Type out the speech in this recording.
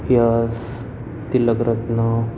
યશ Tilak રત્ન